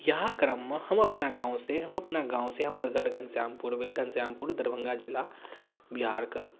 इएह क्रममे हम अपना गामसँ हम अपना गामसँ हमर घर घनश्यामपुर भेल घनश्यामपुर दरभङ्गा जिला बिहारके